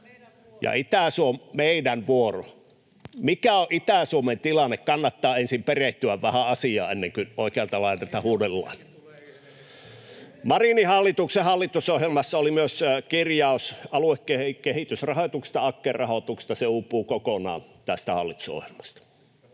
vuoro!] — Meidän vuoro. Mikä on Itä-Suomen tilanne? Kannattaa ensin vähän perehtyä asiaan, ennen kuin oikealta laidalta huudellaan. — Marinin hallituksen hallitusohjelmassa oli myös kirjaus aluekehitysrahoituksesta, AKKE-rahoituksesta, ja se uupuu kokonaan tästä hallitusohjelmasta.